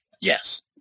Yes